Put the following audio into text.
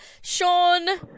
Sean